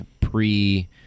pre